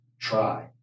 try